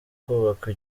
kubakwa